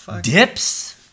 dips